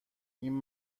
این